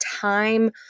time